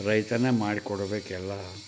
ರೈತನೆ ಮಾಡಿ ಕೊಡ್ಬೇಕು ಎಲ್ಲ